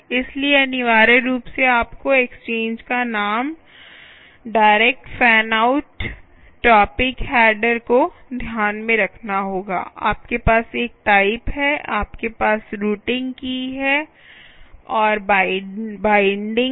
इसलिए अनिवार्य रूप से आपको एक्सचेंज का नाम direct fan out topic header को ध्यान में रखना होगा आपके पास एक टाइप है आपके पास रूटिंग की है और बाइंडिंग है